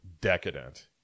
decadent